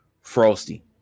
Frosty